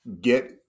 get